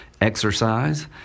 exercise